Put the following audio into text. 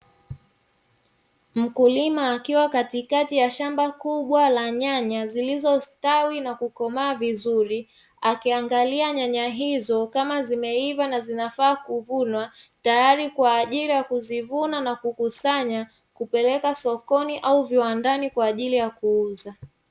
Mkulima akiwa katikati ya shamba kubwa la nyanya zilizostawi na kukomaa vizuri akiangalia nyanya hizo kama zimeiva na zinafaa kuvunwa, tayari kwa ajili ya kuzivuna na kukusanya kupeleka sokoni au viwandani kwa ajili ya kuuza.